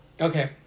Okay